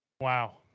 Wow